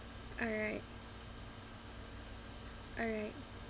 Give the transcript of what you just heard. alright alright